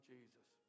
Jesus